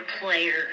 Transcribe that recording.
player